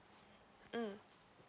mm